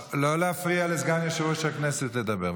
לא להפריע לסגן יושב-ראש הכנסת לדבר.